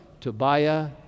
Tobiah